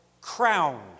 crowned